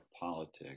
politics